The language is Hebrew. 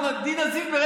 דינה זילבר,